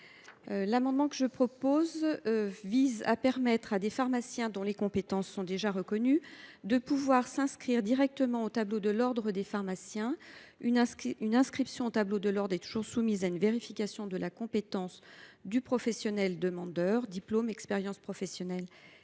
L’amendement que je propose vise à permettre aux pharmaciens dont les compétences sont déjà reconnues de s’inscrire directement au tableau de l’ordre national des pharmaciens. Une inscription à ce tableau est toujours soumise à une vérification de la compétence du professionnel demandeur : diplôme, expérience professionnelle,